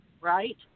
right